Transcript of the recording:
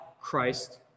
Christ